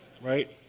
Right